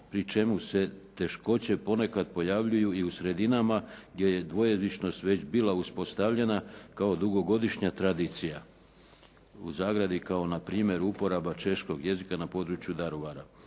pri čemu se teškoće ponekad pojavljuju i u sredinama gdje je dvojezičnost već bila uspostavljena kao dugogodišnja tradicija, u zagradi kao npr. (uporaba češkog jezika na području Daruvara).